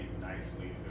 nicely